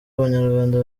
abanyarwanda